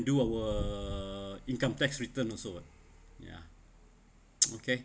do our income tax return also [what] ya okay